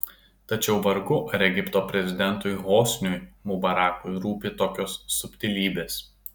tačiau vargu ar egipto prezidentui hosniui mubarakui rūpi tokios subtilybės